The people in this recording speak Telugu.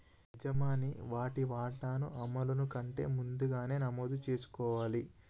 యజమాని వాటి వాటాను అమలును కంటే ముందుగానే నమోదు చేసుకోవాలి